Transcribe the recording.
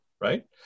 right